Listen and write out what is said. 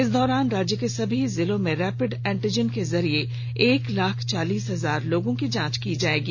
इस दौरान राज्य के सभी जिलों में रैपिड एंटीजेन के जरिए एक लाख चालीस हजार लोगोंकी जांच की जायेगी